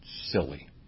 silly